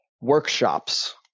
workshops